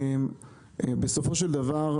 בסופו של דבר,